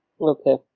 Okay